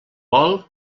vol